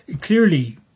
clearly